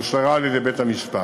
ואושרה על-ידי בית-המשפט.